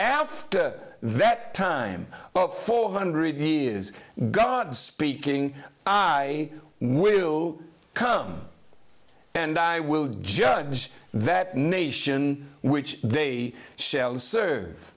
after that time of four hundred years god speaking i will come and i will judge that nation which they shall serve